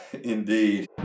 indeed